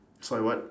sorry what